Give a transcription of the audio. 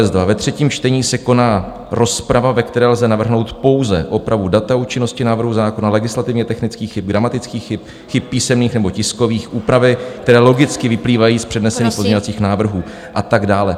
2: Ve třetím čtení se koná rozprava, ve které lze navrhnout pouze opravu data účinnosti návrhu zákona, legislativně technických chyb, gramatických chyb, chyb písemných nebo tiskových, úpravy, které logicky vyplývají z přednesených pozměňovacích návrhů a tak dále.